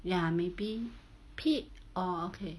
ya maybe P~ oh okay